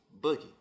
Boogie